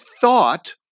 thought